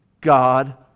God